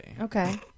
okay